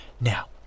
Now